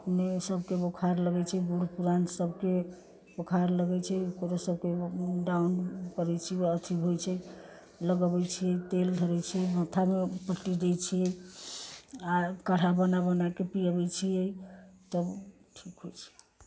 अपने सबके बोखार लगै छै बुढ़ पुरान सबके बोखार लगै छै ओकरो सबके डाउन करै छी अथी होइ छै लगबै छी तेल धरै छी माथामे पट्टी दै छी आओर काढ़ा बना बनाके पियाबै छियै तब ठीक होइ छै